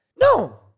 No